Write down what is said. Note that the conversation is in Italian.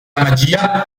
magia